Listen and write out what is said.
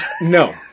No